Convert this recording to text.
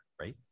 right